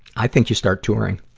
i think you start touring.